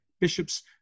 bishops